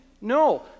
No